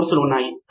professor నిజమే